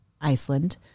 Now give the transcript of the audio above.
Iceland